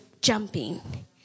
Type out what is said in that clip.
jumping